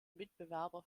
mitbewerber